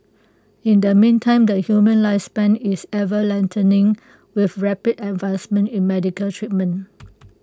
in the meantime the human lifespan is ever lengthening with rapid advancements in medical treatment